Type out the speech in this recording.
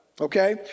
okay